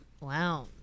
wow